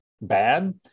bad